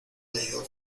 leído